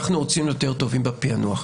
אנחנו רוצים להיות יותר טובים בפענוח.